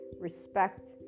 respect